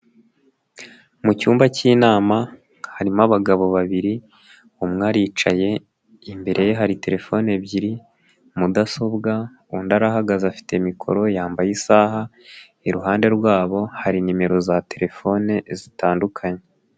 Mu cyumba cy'inama, harimo abagabo babiri, umwe aricaye, imbere ye hari telefone ebyiri, mudasobwa, undi arahagaze afite mikoro, yambaye isaha, iruhande rwabo hari nimero za telefone, zitandukanye.